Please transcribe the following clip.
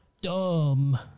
dumb